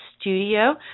studio